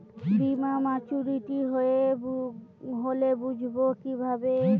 বীমা মাচুরিটি হলে বুঝবো কিভাবে?